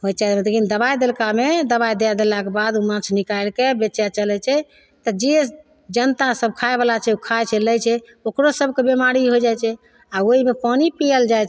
होइ छै लेकिन दवाइ देलकामे दवाइ दै देलाके बाद ओ माछ निकालिके बेचै चलै छै तऽ जे जनतासभ खाइवला छै ओ खाइ छै लै छै ओकरो सभके बेमारी होइ जाइ छै आओर ओहिमे पानी पिअल जाइ छै